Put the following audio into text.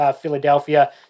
Philadelphia